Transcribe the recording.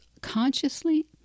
consciously